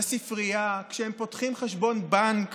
לספרייה, כשהם פותחים חשבון בנק